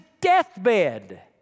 deathbed